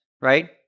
right